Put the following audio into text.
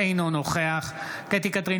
אינו נוכח קטי קטרין